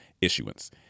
issuance